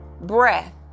breath